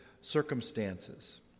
circumstances